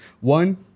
one